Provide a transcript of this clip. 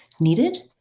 needed